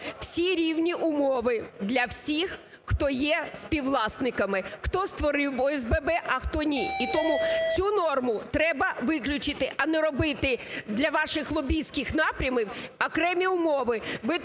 всі рівні умови для всіх, хто є співвласниками, хто створив ОСББ, а хто ні. І тому цю норму треба виключити, а не робити для ваших лобістських напрямів окремі умови,